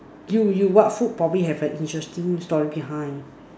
do you what food probably have an interesting story behind